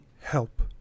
help